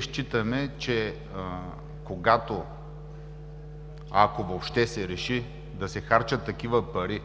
считаме, че ако въобще се реши да се харчат такива пари